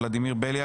ולדימיר בליאק,